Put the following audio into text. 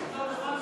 יפה.